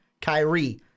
Kyrie